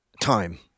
Time